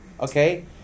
Okay